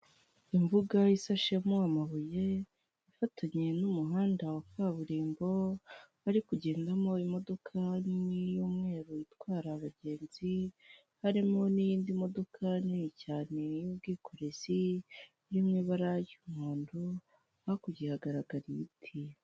Imbuga ishashemo amabuye, ifatanye n'umuhanda wa kaburimbo, hari kugendamo imodoka nini y'umweru itwara abagenzi, harimo n'iyindi modoka nini cyane y'ubwikorezi irimo ibara ry'umuhondo, hakurya hagaragara ibiti.